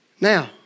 Now